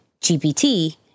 GPT